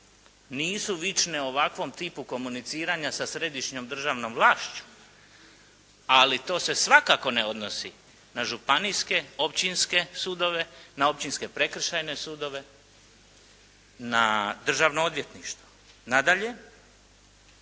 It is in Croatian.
nisu vične ovakvom tipu komuniciranja sa središnjom državnom vlašću, ali to se svakako ne odnosi na županijske, općinske sudove, na općinske prekršajne sudove, na državno odvjetništvo. Nadalje,